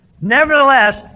Nevertheless